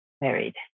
married